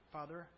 Father